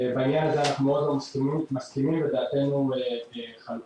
בעניין הזה אנחנו מאוד לא מסכימים ודעתנו חלוקה,